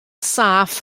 saff